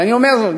ואני אומר זאת,